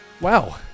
Wow